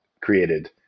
created